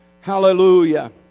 Hallelujah